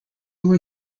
were